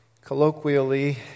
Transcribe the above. colloquially